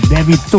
David